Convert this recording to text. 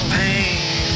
pain